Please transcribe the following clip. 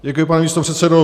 Děkuji, pane místopředsedo.